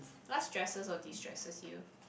what stresses or destresses you